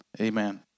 amen